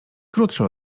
krótsze